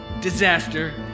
Disaster